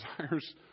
desires